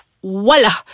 voila